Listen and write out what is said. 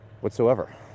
whatsoever